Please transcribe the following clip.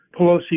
Pelosi